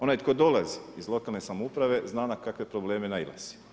Onaj tko dolazi iz lokalne samouprave zna na kakve probleme nailazi.